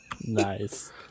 nice